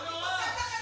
לא נורא.